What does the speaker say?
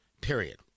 period